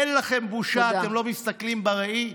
אין לכם בושה, אתם לא מסתכלים בראי?